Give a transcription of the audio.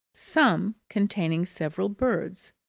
some containing several birds.